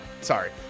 Sorry